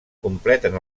completen